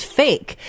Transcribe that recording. fake